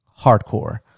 hardcore